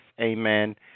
Amen